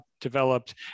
developed